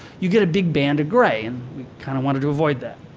you get a big band of gray and we kind of wanted to avoid that.